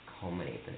culminate